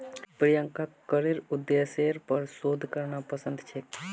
प्रियंकाक करेर उद्देश्येर पर शोध करना पसंद छेक